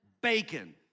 bacon